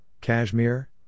cashmere